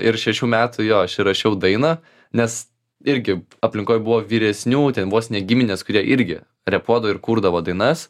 ir šešių metų jo aš įrašiau dainą nes irgi aplinkoj buvo vyresnių ten vos ne giminės kurie irgi repuodavo ir kurdavo dainas